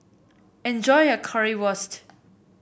enjoy your Currywurst